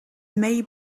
may